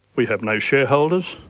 we have no shareholders,